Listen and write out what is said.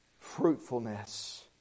fruitfulness